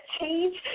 change